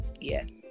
Yes